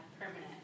permanent